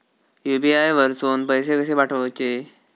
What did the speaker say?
UPI वरसून पैसे कसे पाठवचे?